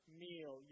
meal